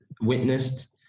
witnessed